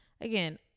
Again